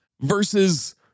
versus